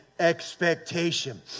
expectation